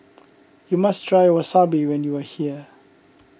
you must try Wasabi when you are here